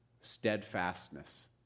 steadfastness